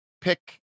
pick